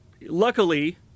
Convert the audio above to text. luckily